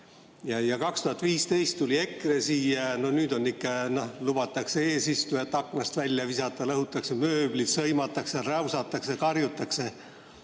2015 tuli EKRE siia ja nüüd lubatakse eesistuja aknast välja visata, lõhutakse mööblit, sõimatakse, räusatakse, karjutakse.